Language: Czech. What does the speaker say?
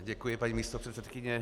Děkuji, paní místopředsedkyně.